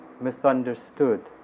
misunderstood